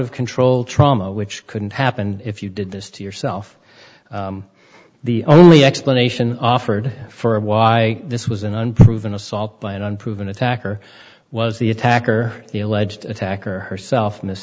of control trauma which couldn't happen if you did this to yourself the only explanation offered for why this was an unproven assault by an unproven attacker was the attacker the alleged attacker herself in this